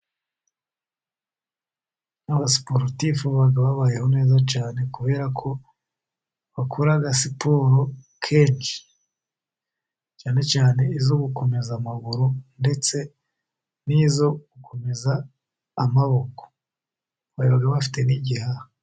N'aba siporutifu baba babayeho neza cyane, kubera ko bakora siporo kenshi. Cyane cyane izo gukomeza amaguru ndetse n'izo gukomeza amaboko, baba bafite n'igihaha.